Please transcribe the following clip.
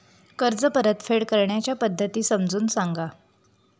कर्ज परतफेड करण्याच्या पद्धती समजून सांगा